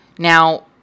Now